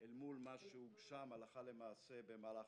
אל מול מה שהוגשם הלכה למעשה בשנה שעברה.